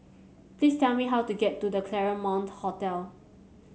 please tell me how to get to The Claremont Hotel